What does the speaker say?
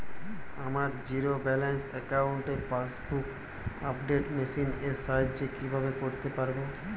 আমার zero balance অ্যাকাউন্টে passbook update machine এর সাহায্যে কীভাবে করতে পারব?